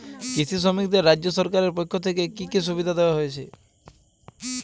কৃষি শ্রমিকদের রাজ্য সরকারের পক্ষ থেকে কি কি সুবিধা দেওয়া হয়েছে?